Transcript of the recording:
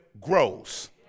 grows